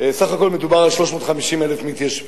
סך הכול מדובר על 350,000 מתיישבים,